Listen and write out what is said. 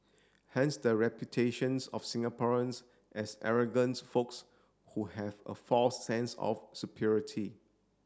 hence the reputations of Singaporeans as arrogant folks who have a false sense of superiority